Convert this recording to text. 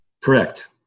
Correct